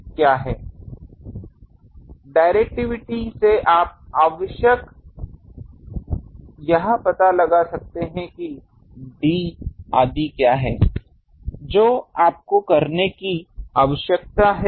इसलिए डिरेक्टिविटी से आप आवश्यक यह पता लगा सकते हैं कि d आदि क्या है जो आपको करने की आवश्यकता है